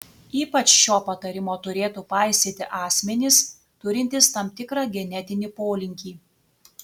ypač šio patarimo turėtų paisyti asmenys turintys tam tikrą genetinį polinkį